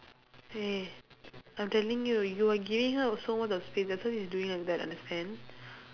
eh I'm telling you you are giving her also all the space that's why she's doing like that understand